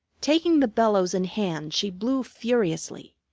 taking the bellows in hand she blew furiously,